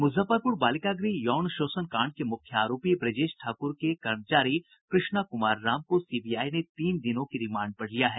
मुजफ्फरपुर बालिका गृह यौन शोषण कांड के मुख्य आरोपी ब्रजेश ठाक़्र के कर्मचारी कृष्णा कुमार राम को सीबीआई ने तीन दिनों की रिमांड पर लिया है